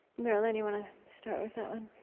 marilyn, you want to start with ah and